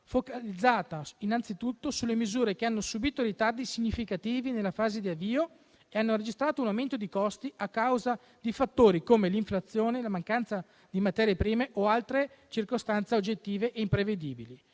focalizzata innanzitutto sulle misure che hanno subito ritardi significativi nella fase di avvio e hanno registrato un aumento dei costi a causa di fattori come l'inflazione, la mancanza di materie prime o altre circostanze oggettive e imprevedibili.